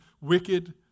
wicked